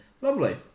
Lovely